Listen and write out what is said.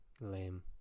Lame